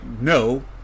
no